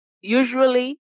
usually